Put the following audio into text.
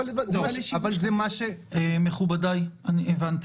לא, אבל זה מה ש --- מכובדיי, אני הבנתי.